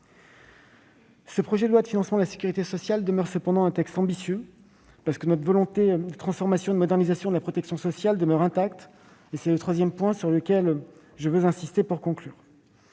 projet de loi de financement de la sécurité sociale. Ce PLFSS est cependant un texte ambitieux parce que notre volonté de transformation et de modernisation de la protection sociale demeure intacte. C'est le troisième point sur lequel je veux insister. Le